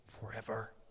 forever